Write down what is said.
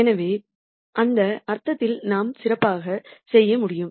எனவே அந்த அர்த்தத்தில் நாம் சிறப்பாக செய்ய முடியும்